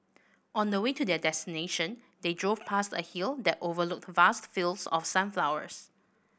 on the way to their destination they drove past a hill that overlooked vast fields of sunflowers